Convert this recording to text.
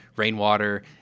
rainwater